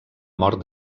mort